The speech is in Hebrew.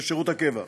של שירות הקבע.